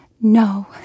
no